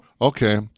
Okay